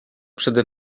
przede